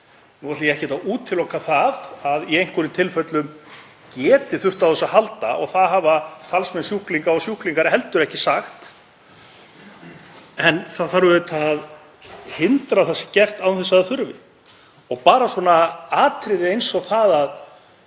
Nú ætla ég ekkert að útiloka það að í einhverjum tilfellum geti þurft á þessu að halda og það hafa talsmenn sjúklinga og sjúklingar heldur ekki gert. En það þarf auðvitað að hindra að það sé gert án þess að það þurfi. Og ef atriði eins og vanbúið